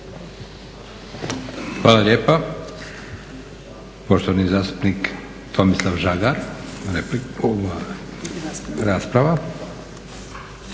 Hvala lijepa. Poštovani zastupnik Tomislav Žagar, rasprava.